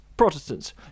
Protestants